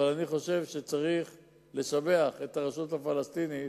אבל אני חושב שצריך לשבח את הרשות הפלסטינית